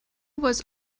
was